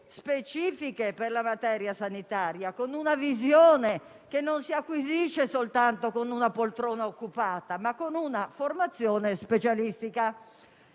specifiche per la materia sanitaria, con una visione che non si acquisisce soltanto con una poltrona occupata, ma con una formazione specialistica.